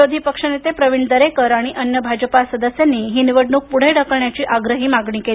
विरोधी पक्षनेते प्रवीण दरेकर आणि अन्य भाजपा सदस्यांनी ही निवडण्क पूढे ढकलण्याची आग्रही मागणी केली